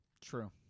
True